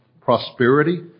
prosperity